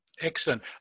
Excellent